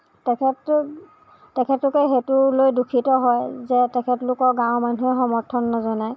তেখেত তেখেতলোকে সেইটোলৈ দুখিত হয় যে তেখেতলোকক গাঁৱৰ মানুহে সমৰ্থন নজনায়